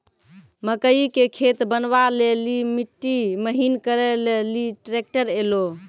मकई के खेत बनवा ले ली मिट्टी महीन करे ले ली ट्रैक्टर ऐलो?